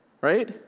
right